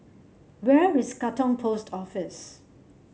where is Katong Post Office